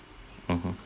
mmhmm